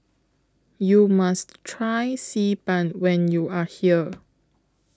YOU must Try Xi Ban when YOU Are here